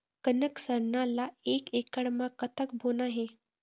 कनक सरना ला एक एकड़ म कतक बोना हे?